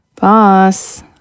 Boss